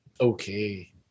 Okay